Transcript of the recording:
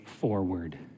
forward